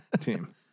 team